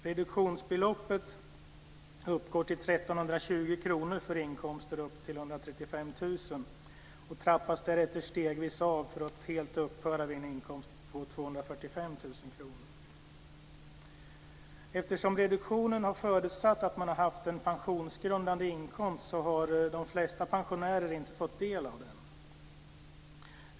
Reduktionsbeloppet uppgår till 1 320 kr för inkomster upp till Eftersom reduktionen har förutsatt att man har haft en pensionsgrundande inkomst har de flesta pensionärer inte fått del av den.